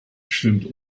schwimmt